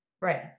Right